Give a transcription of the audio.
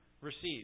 received